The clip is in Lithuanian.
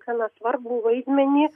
gana svarbų vaidmenį